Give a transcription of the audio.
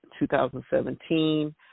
2017